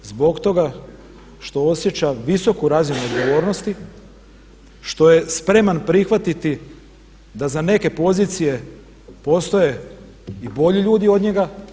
Odbio zbog toga što osjeća visoku razinu odgovornosti, što je spreman prihvatiti da za neke pozicije postoje i bolji ljudi od njega.